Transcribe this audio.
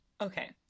okay